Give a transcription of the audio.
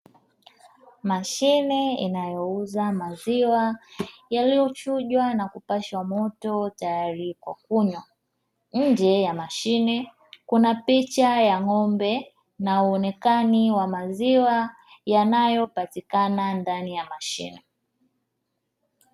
Mashine inayouza maziwa yaliyochujwa na kupashwa moto tayari kwa kunywa, nje ya mashine kuna picha ya ng'ombe, na uonekani wa maziwa yanayopatikana ndani ya mashine.